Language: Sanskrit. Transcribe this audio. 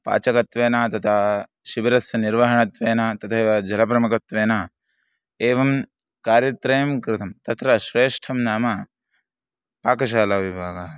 पाचकत्वेन तत्र शिबिरस्य निर्वहणत्वेन तथैव जलप्रमुखत्वेन एवं कार्यत्रयं कृतं तत्र श्रेष्ठं नाम पाकशालाविभागः